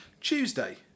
Tuesday